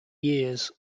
years